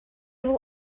will